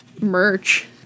merch